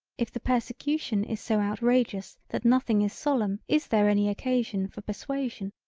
if the persecution is so outrageous that nothing is solemn is there any occasion for persuasion.